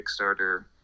Kickstarter